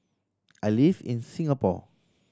I live in Singapore